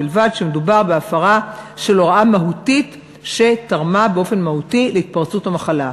ובלבד שמדובר בהפרה של הוראה מהותית שתרמה באופן מהותי להתפרצות המחלה.